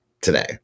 today